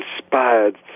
inspired